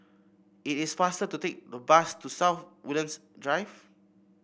it is faster to take the bus to South Woodlands Drive